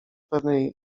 pewnej